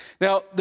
Now